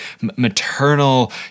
maternal